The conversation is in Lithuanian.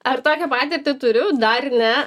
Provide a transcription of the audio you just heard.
ar tokią patirtį turiu dar ne